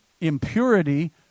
impurity